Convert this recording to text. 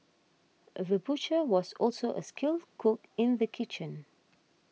the butcher was also a skilled cook in the kitchen